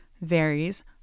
varies